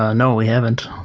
ah no, we haven't.